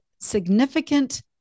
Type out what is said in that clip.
significant